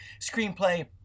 screenplay